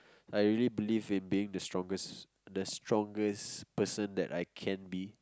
I really believe in being the strongest the strongest person that I can be